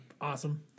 awesome